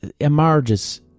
emerges